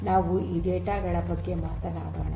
ನಾವು ಈ ಡೇಟಾ ಗಳ ಬಗ್ಗೆ ಮಾತನಾಡೋಣ